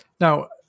Now